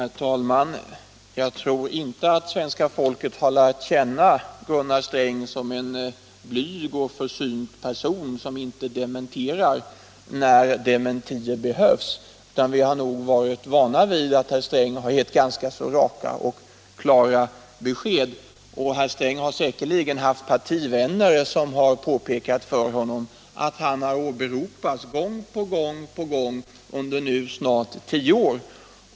Herr talman! Jag tror inte att svenska folket har lärt känna Gunnar Sträng som en blyg och försynt person som inte dementerar när dementier behövs, utan vi har nog varit vana vid att herr Sträng har gett ganska raka och klara besked. Herr Sträng har säkerligen haft partivänner som har påpekat för honom att han har åberopats gång på gång under snart tio år.